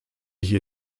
hier